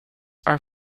are